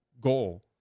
goal